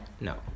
no